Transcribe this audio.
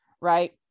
Right